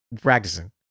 Practicing